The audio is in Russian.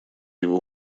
его